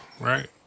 right